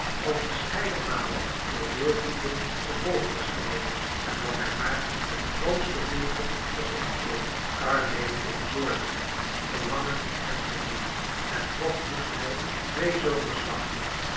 al verscheiden malen door wilddieven vervolgd was geworden en dat hij maar met de grootste moeite was ontkomen karr leefde in zorgen verlangen en verdriet en nog moest hij twee zomers wachten